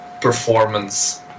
performance